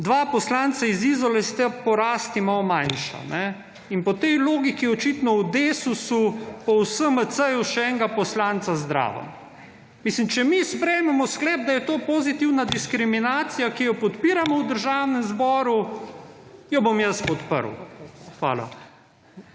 dva poslanca iz Izole sta po rasti malo manjša. In po tej logiki očitno v Desusu pa v SMC še enega poslanca / nerazumljivo/ Mislim, da če mi sprejmemo sklep, da je to pozitivna diskriminacija, ki jo podpiramo v Državnem zboru jo bom jaz podprl. Hvala.